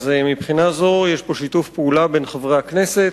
מהבחינה הזו יש שיתוף פעולה בין חברי הכנסת.